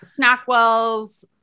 Snackwell's